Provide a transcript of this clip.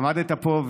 עמדת פה,